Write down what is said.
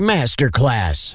Masterclass